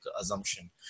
assumption